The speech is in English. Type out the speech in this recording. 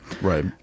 right